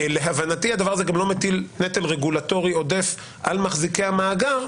להבנתי הדבר הזה גם לא מטיל נטל רגולטורי עודף על מחזיקי המאגר,